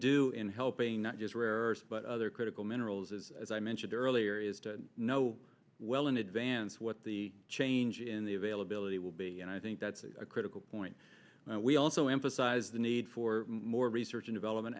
do in helping not just rare but other critical minerals is as i mentioned earlier is to know well in advance what the change in the availability will be and i think that's a critical point we also emphasize the need for more research and development